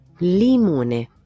Limone